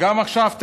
גם עכשיו,